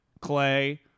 Clay